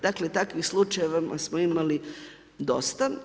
Dakle, takvih slučajeva smo imali dosta.